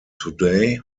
today